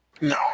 No